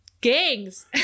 gangs